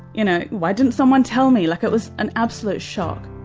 you know why didn't someone tell me, like it was an absolute shock.